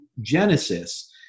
Genesis